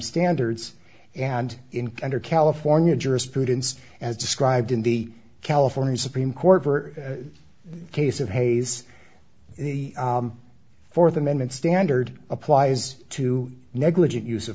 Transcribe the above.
standards and in under california jurisprudence as described in the california supreme court for the case of hayes the fourth amendment standard applies to negligent use of